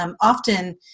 often